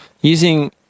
Using